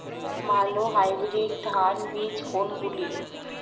ভালো হাইব্রিড ধান বীজ কোনগুলি?